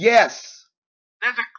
Yes